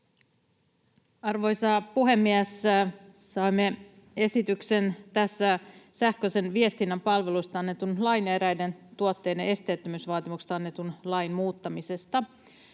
Arvoisa puhemies! Saimme esityksen sähköisen viestinnän palveluista annetun lain sekä eräiden tuotteiden esteettömyysvaatimuksista annetun lain muuttamisesta.